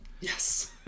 yes